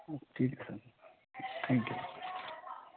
okay thank you